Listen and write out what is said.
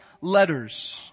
letters